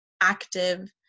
active